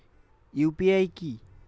UPI কি?